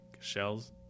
shells